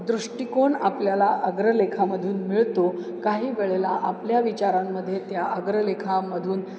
दृष्टिकोन आपल्याला अग्रलेखामधून मिळतो काही वेळेला आपल्या विचारांमध्ये त्या अग्रलेखामधून